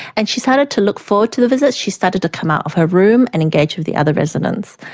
and she started to look forward to the visits. she started to come out of her room and engage with the other residents.